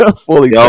Fully